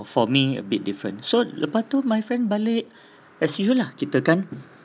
for me a bit different so lepas tu my friend balik as usual lah kita kan